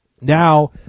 now